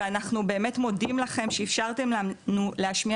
ואנחנו באמת מודים לכם שאפשרתם לנו להשמיע